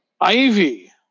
ivy